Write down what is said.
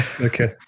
Okay